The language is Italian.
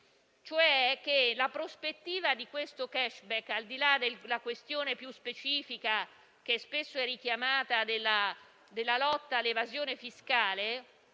La prospettiva di questo *cashback*, al di là della questione più specifica, spesso richiamata, della lotta all'evasione fiscale,